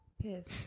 Piss